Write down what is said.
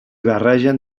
barregen